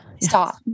stop